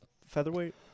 featherweight